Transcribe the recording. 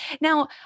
Now